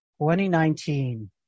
2019